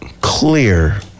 clear